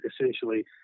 essentially